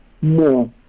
more